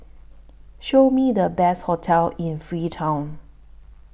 Show Me The Best hotels in Freetown